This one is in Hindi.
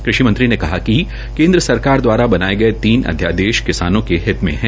कृषि मंत्री ने कहा कि केंद्र सरकार द्वारा बनाए गए तीन अध्ययादेश किसानों के हित में है